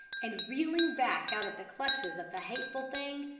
and reeling back out of the clutches of the hateful thing,